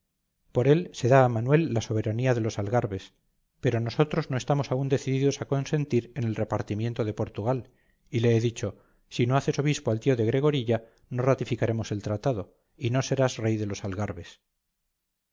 por él se da a manuel la soberanía de los algarbes pero nosotros no estamos aún decididos a consentir en el repartimiento de portugal y le he dicho si no haces obispo al tío de gregorilla no ratificaremos el tratado y no serás rey de los